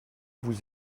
vous